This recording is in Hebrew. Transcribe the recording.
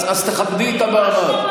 אז תכבדי את המעמד.